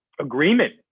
agreement